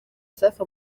safi